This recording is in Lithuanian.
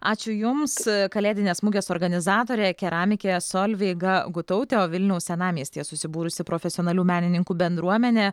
ačiū jums kalėdinės mugės organizatorė keramikė solveiga gutautė o vilniaus senamiestyje susibūrusi profesionalių menininkų bendruomenė